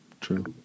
True